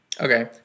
Okay